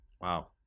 Wow